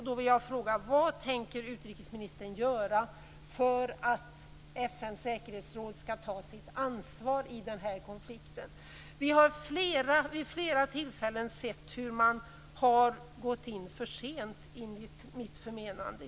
Då vill jag fråga: Vi har vid flera tillfällen sett hur man har gått in för sent, enligt mitt förmenande.